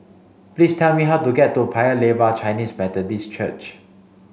please tell me how to get to Paya Lebar Chinese Methodist Church